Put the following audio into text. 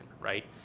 right